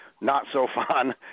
not-so-fun